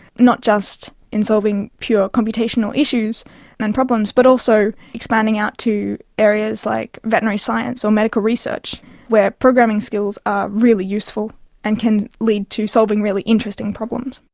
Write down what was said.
not just in solving pure computational issues and and problems but also expanding out to areas like veterinary science or medical research where programming skills are really useful and can lead to solving really interesting problems.